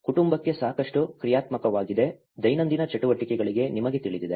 ಕುಟುಂಬಕ್ಕೆ ಸಾಕಷ್ಟು ಕ್ರಿಯಾತ್ಮಕವಾಗಿದೆ ದೈನಂದಿನ ಚಟುವಟಿಕೆಗಳಿಗೆ ನಿಮಗೆ ತಿಳಿದಿದೆ